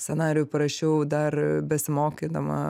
scenarijų parašiau dar besimokydama